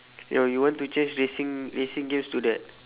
your you want to change racing racing games to that